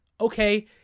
Okay